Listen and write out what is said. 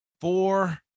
four